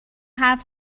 حرف